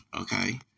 Okay